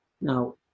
Now